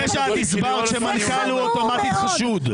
אחרי שאת הסברת שמנכ"ל הוא אוטומטית חשוד.